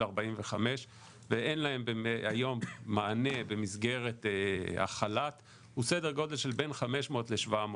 45 ואין להם היום מענה במסגרת החל"ת הוא סדר גודל של בין 500-700 איש.